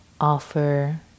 offer